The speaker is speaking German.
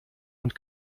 und